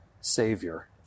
savior